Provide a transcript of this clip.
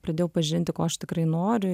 pradėjau pažinti ko aš tikrai noriu